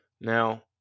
now